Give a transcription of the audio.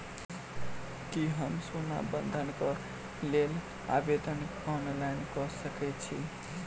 की हम सोना बंधन कऽ लेल आवेदन ऑनलाइन कऽ सकै छी?